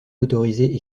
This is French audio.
motorisés